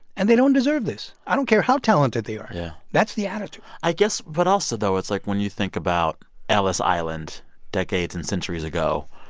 and they don't deserve this. i don't care how talented they are. yeah that's the attitude i guess. but also, though, it's like when you think about ellis island decades and centuries ago,